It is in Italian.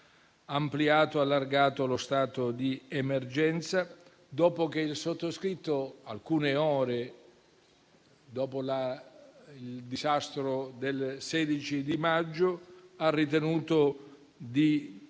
è stato esteso lo stato di emergenza, dopo che il sottoscritto, alcune ore dopo il disastro del 16 maggio, ha ritenuto di